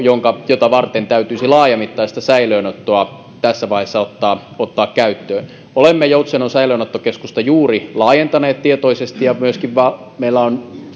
mitä varten täytyisi laajamittaista säilöönottoa tässä vaiheessa ottaa ottaa käyttöön olemme joutsenon säilöönottokeskusta juuri laajentaneet tietoisesti ja meillä myöskin on